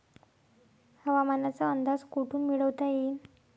हवामानाचा अंदाज कोठून मिळवता येईन?